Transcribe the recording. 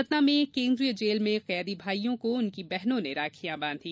सतना में केन्द्रीय जेल में कैदी भाईयों को उनकी बहनों ने राखियां बांधी